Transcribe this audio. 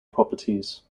properties